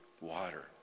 water